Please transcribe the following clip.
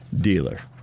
dealer